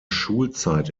schulzeit